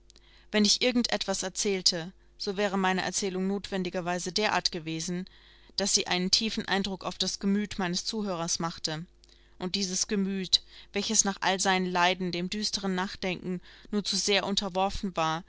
wenn ich irgend etwas erzählte so wäre meine erzählung notwendigerweise derart gewesen daß sie einen tiefen eindruck auf das gemüt meines zuhörers machte und dieses gemüt welches nach all seinen leiden dem düsteren nachdenken nur zu sehr unterworfen war